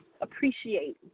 appreciate